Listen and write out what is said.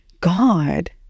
God